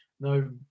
no